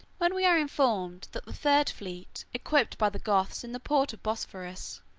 when we are informed that the third fleet, equipped by the goths in the ports of bosphorus,